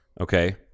Okay